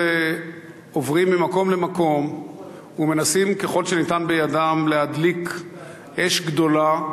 עוברים ממקום למקום ומנסים ככל שניתן בידם להדליק אש גדולה,